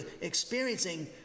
experiencing